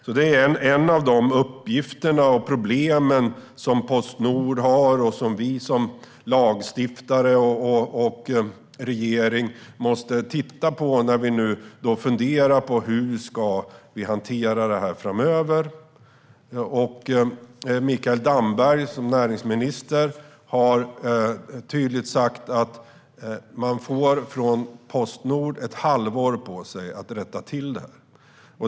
Detta är några av de uppgifter och problem som Postnord har och som vi som lagstiftare och regering måste titta på när vi nu funderar på hur vi ska hantera det här framöver. Näringsminister Mikael Damberg har tydligt sagt att Postnord får ett halvår på sig att rätta till detta.